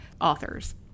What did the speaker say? authors